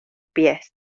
pies